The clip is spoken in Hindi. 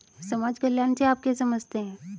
समाज कल्याण से आप क्या समझते हैं?